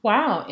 Wow